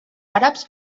àrabs